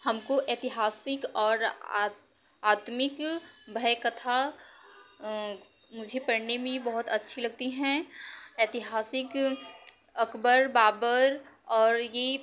हमको ऐतिहासिक और आत्मिक भयकथा मुझे पढ़ने में बहुत अच्छी लगती हैं ऐतिहासिक अकबर बाबर और ये